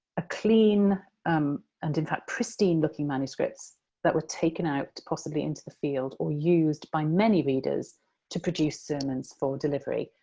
a clean um and in fact pristine-looking manuscripts that were taken out possibly into the field or used by many readers to produce sermons for delivery.